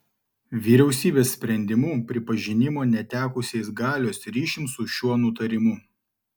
vyriausybės sprendimų pripažinimo netekusiais galios ryšium su šiuo nutarimu